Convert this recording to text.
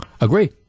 Agree